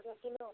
ई ने